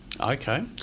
Okay